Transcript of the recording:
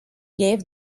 gave